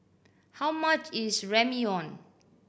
how much is Ramyeon